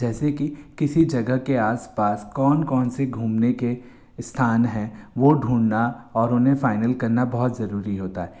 जैसे कि किसी जगह के आसपास कौन कौन से घूमने के स्थान हैं वो ढूंढना और उन्हें फ़ाइनल करना बहुत ज़रूरी होता है